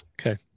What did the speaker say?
Okay